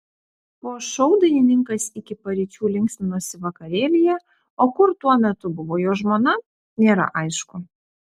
po šou dainininkas iki paryčių linksminosi vakarėlyje o kur tuo metu buvo jo žmona nėra aišku